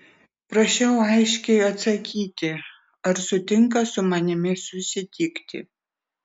prašiau aiškiai atsakyti ar sutinka su manimi susitikti